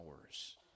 hours